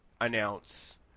announce